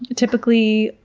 typically,